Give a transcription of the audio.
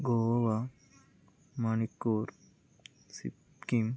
Goa Manipur Sikkim